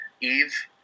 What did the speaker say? Eve